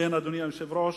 אדוני היושב-ראש,